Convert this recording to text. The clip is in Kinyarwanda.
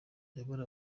uyoboye